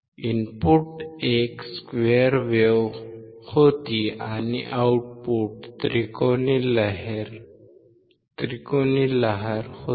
input एक square wave होती आणि आउटपुट त्रिकोणी लहर होती